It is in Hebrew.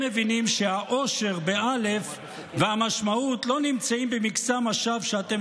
הם מבינים שהאושר והמשמעות לא נמצאים במקסם השווא שאתם